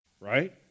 right